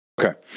okay